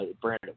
Brandon